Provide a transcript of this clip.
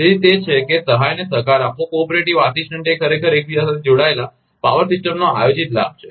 તેથી તે છે કે સહાયને સહકાર આપવી એ ખરેખર એકબીજા સાથે જોડાયેલા પાવર સિસ્ટમનો આયોજિત લાભ છે